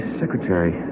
secretary